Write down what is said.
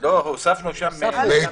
הוספנו שם בית